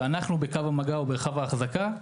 שאנחנו בקו המגע או בקרב ההחזקה,